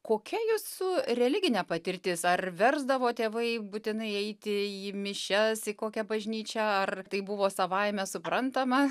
kokia jūsų religinė patirtis ar versdavo tėvai būtinai eiti į mišias į kokią bažnyčią ar tai buvo savaime suprantama